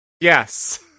Yes